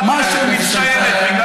בגלל שהיא הצביעה נגד,